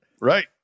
Right